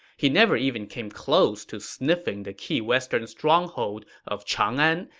he never even came close to sniffing the key western stronghold of chang'an,